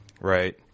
Right